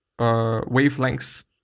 wavelengths